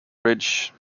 ridge